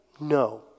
no